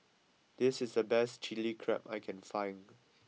this is the best Chili Crab that I can find